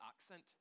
accent